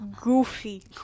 goofy